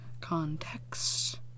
Context